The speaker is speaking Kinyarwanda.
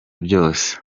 byose